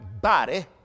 body